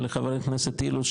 ולחבר הכנסת אילוז,